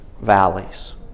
valleys